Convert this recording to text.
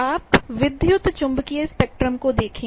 आप विद्युत चुम्बकीय स्पेक्ट्रम को देखें